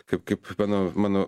kaip kaip mano mano